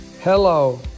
Hello